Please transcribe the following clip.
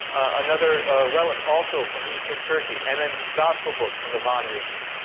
another relic also from eastern turkey. and then gospel books from the van region,